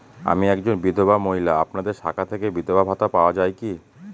আমি একজন বিধবা মহিলা আপনাদের শাখা থেকে বিধবা ভাতা পাওয়া যায় কি?